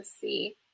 see